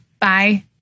Bye